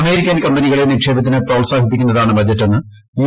American ക്ലെനികളെ നിക്ഷേപത്തിന് പ്രോത്സാഹിപ്പിക്കുന്നതാണ് ബജ്റ്റ്ന്ന് യു